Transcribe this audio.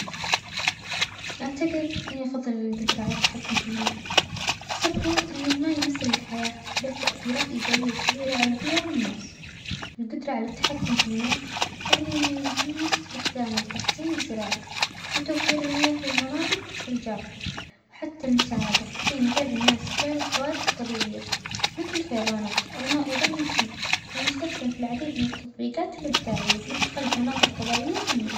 أعتجد إنى أفظل الجدرة على التحكم فى الماء، السبب هو أن الماى يمثل الحياة له تأثيرات إيجابية كبيرة على البيئة والناس، الجدرة على التحكم في الماء تعنى يمكننى استخدامه لتحسين الزراعة وتوفير المياة للمناطج الجافة، وحتى المساعدة في إنجار الناس خلال الكوارث الطبيعية مثل فيظانات، الماء أيظا يمكن أن يستخدم في في العديد من التطبيقات الإبداعية مثل خلج مناظر طبيعية جميلة